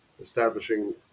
establishing